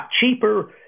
cheaper